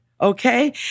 Okay